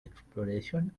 exploration